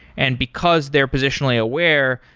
and because they're positionally aware,